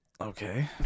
Okay